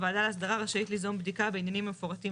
הוועדה להסדרה ראשית ליזום בדיקה בעניינים המפורטים